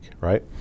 right